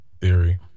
theory